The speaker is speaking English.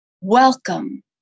Welcome